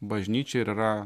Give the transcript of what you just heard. bažnyčią ir yra